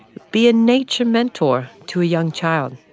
be a nature mentor to a young child,